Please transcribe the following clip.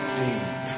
deep